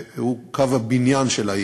שהוא קו הבניין של העיר,